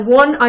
one